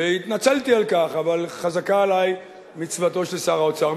והתנצלתי על כך, אבל חזקה עלי מצוותו של שר האוצר.